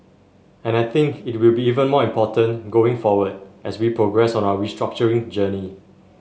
and I think it will be even more important going forward as we progress on our restructuring journey